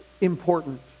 important